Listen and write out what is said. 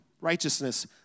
righteousness